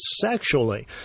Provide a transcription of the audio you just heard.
sexually